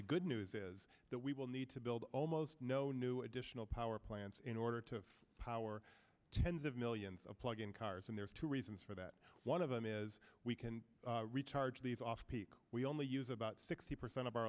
the good news is that we will need to build almost no new additional power plants in order to power tens of millions of plug in cars and there's two reasons for that one of them is we can recharge these off peak we only use about sixty percent of our